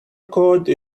code